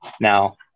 now